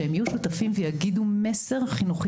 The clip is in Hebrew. שהם יהיו שותפים ויגידו מסר חינוכי.